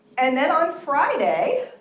and then on friday,